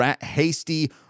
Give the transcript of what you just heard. hasty